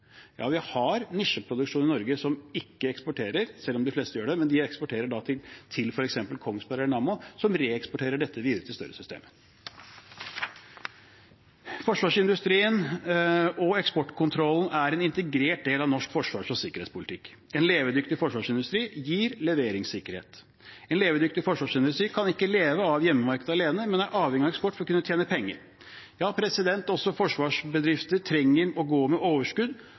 Ja, vi har nisjeproduksjon i Norge som ikke eksporteres – selv om det meste gjør det – men det eksporteres til f.eks. Kongsberg eller Nammo, som reeksporterer dette videre til større systemer. Forsvarsindustrien og eksportkontrollen er en integrert del av norsk forsvars- og sikkerhetspolitikk. En levedyktig forsvarsindustri gir leveringssikkerhet. En levedyktig forsvarsindustri kan ikke leve av hjemmemarkedet alene, men er avhengig av eksport for å kunne tjene penger. Ja, også forsvarsbedrifter trenger å gå med overskudd